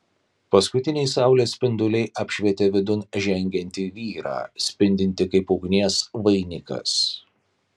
paskutiniai saulės spinduliai apšvietė vidun žengiantį vyrą spindintį kaip ugnies vainikas